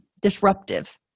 disruptive